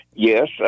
Yes